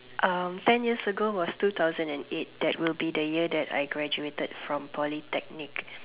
um ten years ago was two thousand and eight that will be the year that I graduated from Polytechnic